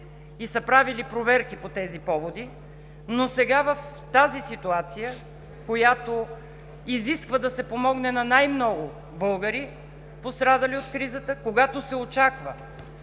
и са правили проверки по тези поводи, но сега, в тази ситуация, която изисква да се помогне на най-много българи, пострадали от кризата, когато се очаква